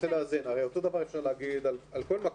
הרי אותו דבר אפשר להגיד על כל מקום.